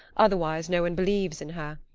otherwise no one believes in her.